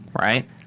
right